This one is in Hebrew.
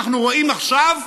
שאנחנו רואים עכשיו,